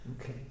Okay